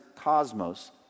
cosmos